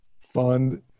fund